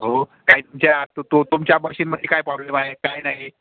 हो काय तुमच्या आता तो तुमच्या मशीनमध्ये काय प्रॉब्लेम आहे काय नाही